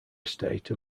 estate